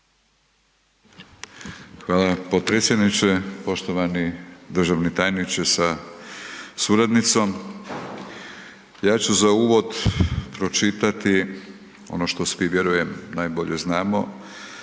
Hvala potpredsjedniče, poštovani državni tajniče sa suradnicom. Ja ću za uvod pročitati ono što svi vjerujem najbolje znamo,